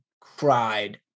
cried